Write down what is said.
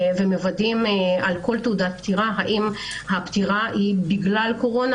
ומוודאים האם הפטירה היא בגלל הקורונה